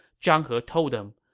zhang he told them,